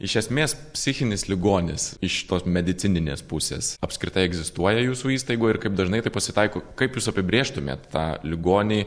iš esmės psichinis ligonis iš tos medicininės pusės apskritai egzistuoja jūsų įstaigoj ir kaip dažnai taip pasitaiko kaip jūs apibrėžtumėt tą ligonį